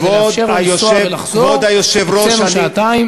וכדי לאפשר לו לנסוע ולחזור הקצינו שעתיים.